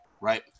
right